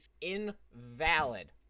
invalid